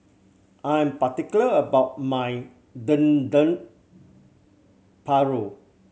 I'm particular about my Dendeng Paru